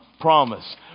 promise